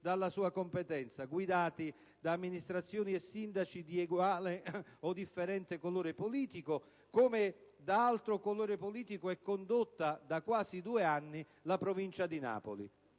della sua competenza, guidati da amministrazioni e sindaci di eguale o differente colore politico; come da altro colore politico è condotta da quasi due anni la Provincia di Napoli.